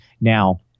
Now